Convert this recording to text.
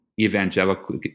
evangelical